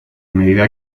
medida